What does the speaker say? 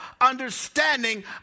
understanding